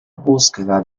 búsqueda